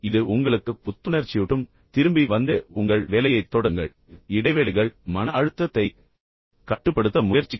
இது உங்களுக்கு புத்துணர்ச்சியூட்டும் திரும்பி வந்து உங்கள் வேலையைத் தொடருங்கள் எனவே இடைவேளைகள் உண்மையில் மன அழுத்தத்தைக் கட்டுப்படுத்த முயற்சிக்கும்